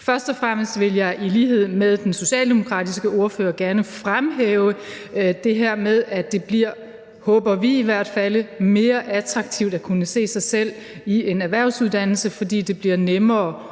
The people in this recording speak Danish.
Først og fremmest vil jeg i lighed med den socialdemokratiske ordfører gerne fremhæve det her med, at det bliver – håber vi i hvert fald – mere attraktivt at kunne se sig selv i en erhvervsuddannelse, fordi det bliver nemmere